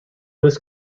this